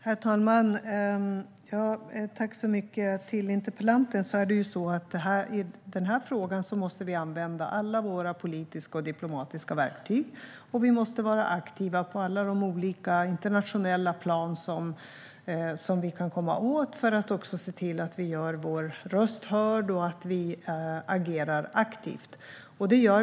Herr talman! Jag vill säga till interpellanten att vi i den här frågan måste använda alla våra politiska och diplomatiska verktyg och vara aktiva på alla de olika internationella plan som vi kan komma åt för att se till att vi gör vår röst hörd och agerar aktivt.